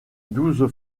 douze